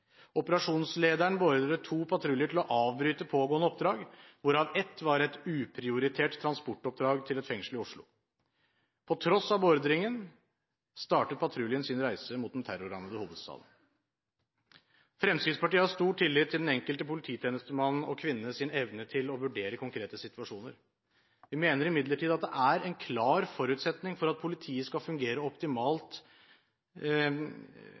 Operasjonslederen beordrer to patruljer til å avbryte pågående oppdrag, hvorav ett var et uprioritert transportoppdrag til et fengsel i Oslo. På tross av beordringen startet patruljen sin reise mot den terrorrammede hovedstaden. Fremskrittspartiet har stor tillit til den enkelte polititjenestemann og -kvinnes evne til å vurdere konkrete situasjoner. Vi mener imidlertid at det er en klar forutsetning for at politiet skal fungere optimalt